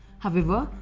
however,